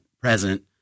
present